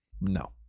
No